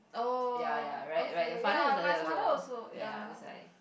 ya ya right right your father is like that also ya that's why